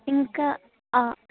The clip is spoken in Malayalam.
നിങ്ങൾക്ക് ആ